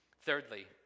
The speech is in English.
Thirdly